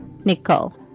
Nicole